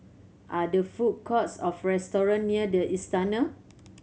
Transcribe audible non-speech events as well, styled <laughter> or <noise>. are there food courts or <unintelligible> near The Istana